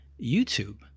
youtube